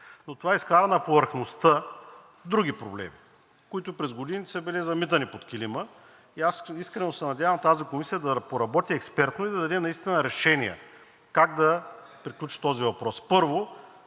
Но това изкара на повърхността други проблеми, които през годините са били замитани под килима и аз искрено се надявам тази комисия да поработи експертно и да даде наистина решения как да приключи този въпрос.